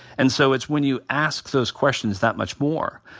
and so it's when you ask those questions that much more,